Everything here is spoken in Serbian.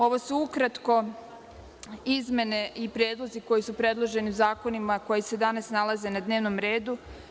Ovo su ukratko izmene i predlozi koji su predloženi u zakonima koji se danas nalaze na dnevnom redu.